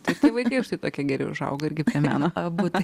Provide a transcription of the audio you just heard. tiktai vaikai štai tokie geri užauga irgi prie meno būtent